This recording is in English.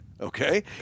okay